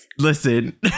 Listen